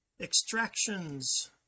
extractions